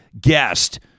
guest